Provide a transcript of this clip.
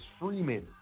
Freeman